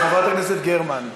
חברת הכנסת גרמן.